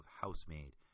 Housemaid